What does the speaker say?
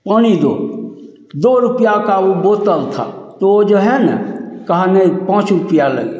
पानी दो दो रूपीया का उ बोतल था तो वह जो है न कहने पाँच रूपया लगेगा